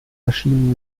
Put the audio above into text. erschienen